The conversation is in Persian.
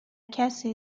کسی